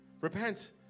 Repent